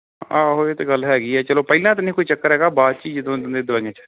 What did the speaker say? ਆਹੋ ਇਹ ਤਾਂ ਗੱਲ ਹੈਗੀ ਹੈ ਚਲੋ ਪਹਿਲਾਂ ਤਾਂ ਨਹੀਂ ਕੋਈ ਚੱਕਰ ਹੈਗਾ ਬਾਅਦ 'ਚ ਜਦੋਂ ਦੇ ਦਵਾਈਆਂ 'ਚ